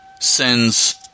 sends